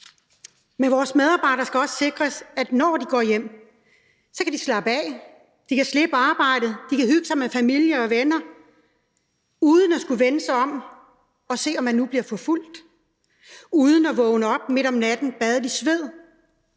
at vores medarbejdere, når de går hjem, kan slappe af, kan slippe arbejdet, kan hygge sig med familie og venner uden at skulle vende sig om og se, om de nu bliver forfulgt; uden at vågne op midt om natten badet i sved;